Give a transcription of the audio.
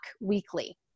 weekly